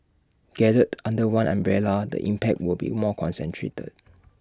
gathered under one umbrella the impact will be more concentrated